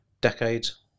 decades